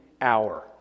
hour